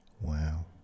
wow